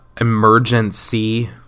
emergency